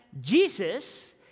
Jesus